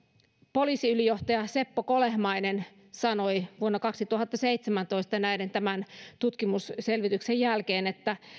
poliisiylijohtaja seppo kolehmainen sanoi vuonna kaksituhattaseitsemäntoista tämän tutkimusselvityksen jälkeen että